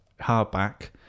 hardback